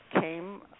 came